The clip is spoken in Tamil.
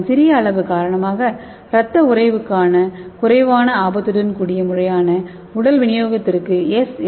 அதன் சிறிய அளவு காரணமாக இரத்த உறைவுக்கான குறைவான ஆபத்துடன் கூடிய முறையான உடல் விநியோகத்திற்கு எஸ்